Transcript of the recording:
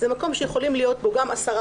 זה מקום שיכולים להיות בו גם עשרה